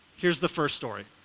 here's the first story.